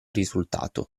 risultato